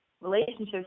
relationships